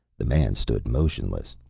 the man stood motionless,